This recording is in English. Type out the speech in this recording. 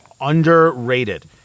underrated